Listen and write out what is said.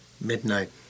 Midnight